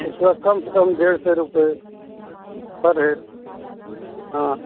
उसका कम से कम डेढ़ सौ रुपये पर हेड हाँ